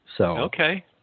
Okay